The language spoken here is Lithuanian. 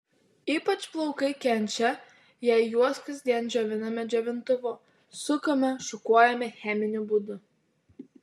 ypač plaukai kenčia jei juos kasdien džioviname džiovintuvu sukame šukuojame cheminiu būdu